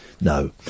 No